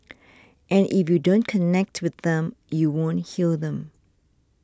and if you don't connect with them you won't heal them